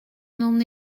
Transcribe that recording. n’en